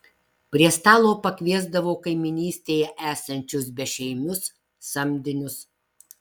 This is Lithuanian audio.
prie stalo pakviesdavo kaimynystėje esančius bešeimius samdinius